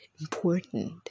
important